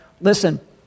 Listen